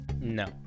No